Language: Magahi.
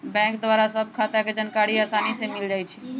बैंक द्वारा सभ खता के जानकारी असानी से मिल जाइ छइ